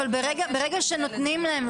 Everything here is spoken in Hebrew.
אבל ברגע שנותנים להם,